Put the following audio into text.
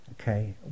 Okay